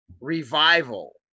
revival